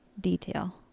detail